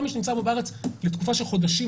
כל מי שנמצא פה בארץ לתקופה של חודשים